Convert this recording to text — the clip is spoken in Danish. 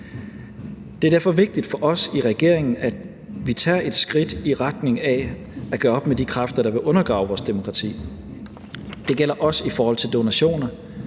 Det er derfor vigtigt for os i regeringen, at vi tager et skridt i retning af at gøre op med de kræfter, der vil undergrave vores demokrati. Det gælder også i forhold til donationer,